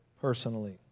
personally